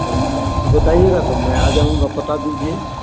हमको बताइएगा तो मैं आ जाऊँगा पता दीजिए